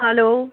hello